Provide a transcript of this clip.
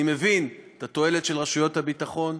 אני מבין את התועלת של רשויות הביטחון,